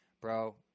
Bro